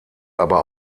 aber